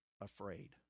afraid